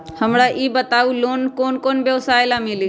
हमरा ई बताऊ लोन कौन कौन व्यवसाय ला मिली?